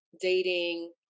dating